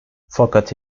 fakat